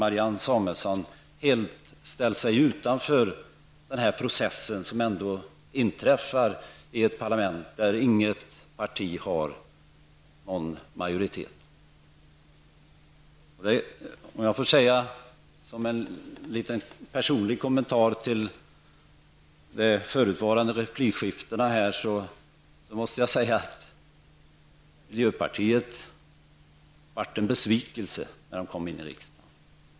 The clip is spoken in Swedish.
Marianne Samuelsson har helt ställt sig utanför den process som förekommer i ett parlament där inget parti har majoritet. Som en liten personlig kommentar till de förutvarande replikskiftena måste jag säga att miljöpartiet blivit en besvikelse sedan det kom in i riksdagen.